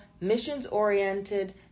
missions-oriented